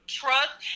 trust